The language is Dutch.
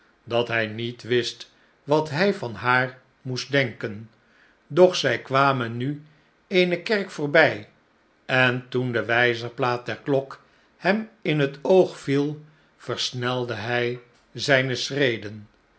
dat hij niet wist wat hij van haar moest denken doch zij kwamen nu eene kerk voorbij en toen de wijzerplaat der klok hem in het oog viel versnelde hij zijne schreden